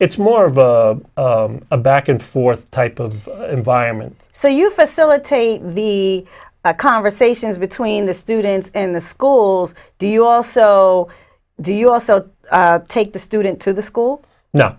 it's more of a back and forth type of environment so you facilitate the conversations between the students in the schools do you also do you also take the student to the school no